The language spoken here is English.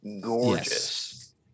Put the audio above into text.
gorgeous